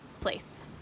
place